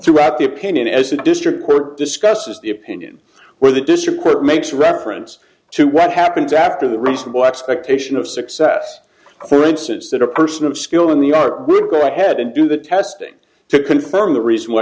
throughout the opinion as the district court discusses the opinion where the district court makes reference to what happens after the reasonable expectation of success clearances that a person of skill in the art would go ahead and do the testing to confirm the reason why